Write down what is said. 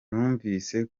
numvise